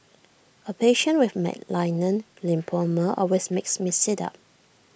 A patient with malignant lymphoma always makes me sit up